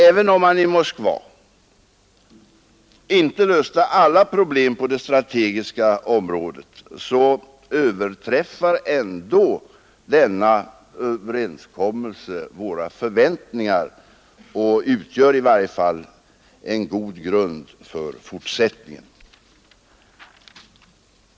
Även om man i Moskva inte löste alla problem på det strategiska området, överträffar ändå denna överenskommelse våra förväntningar och utgör i varje fall en god grund för fortsättning.